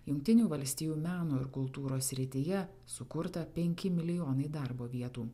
jungtinių valstijų meno ir kultūros srityje sukurta penki milijonai darbo vietų